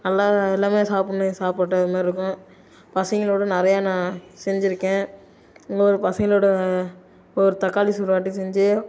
நல்லா எல்லாமே சாப்பிட்ணும் என் சாப்பிட்டது மாதிரி இருக்கும் பசங்களோடு நிறையா நான் செஞ்சுருக்கேன் எங்கள் ஊர் பசங்களோடு ஒரு தக்காளி சோறு ஒரு வாட்டி செஞ்சு